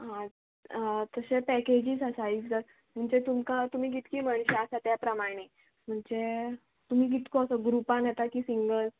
आ तशें पॅकेजीस आसा इजर म्हणजे तुमकां तुमी कितकी वर्शां आसा त्या प्रमाणे म्हणजे तुमी कितको असो ग्रुपान येता की सिंगल्स